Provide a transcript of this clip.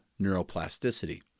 neuroplasticity